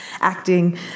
acting